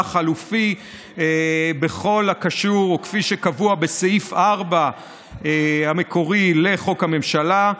החלופי בכל הקשור לקבוע בסעיף 4 המקורי לחוק הממשלה.